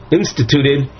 instituted